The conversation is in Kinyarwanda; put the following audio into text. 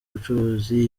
ubucuruzi